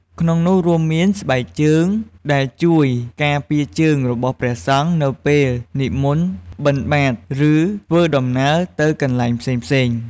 ក្នុងនោះរួមមាន ស្បែកជើង ដែលជួយការពារជើងរបស់ព្រះសង្ឃនៅពេលនិមន្តបិណ្ឌបាត ឬធ្វើដំណើរទៅកន្លែងផ្សេងៗ។